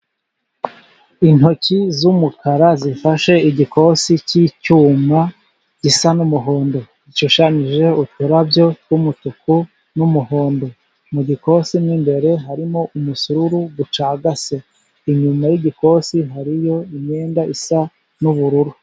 Intoki z'umukara zifashe igikosi cy'icyuma gisa n'umuhondo, gishushanyije uturabo tw'umutuku, n'umuhondo. Mu gikosi mw'imbere harimo umusururu ucagase, inyuma y'igikosi hariyo imyenda isa n'ubururu.